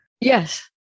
Yes